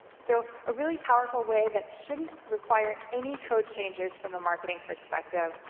so a really powerful way that shouldn't require any code changes from the marketing perspective,